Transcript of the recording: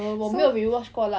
so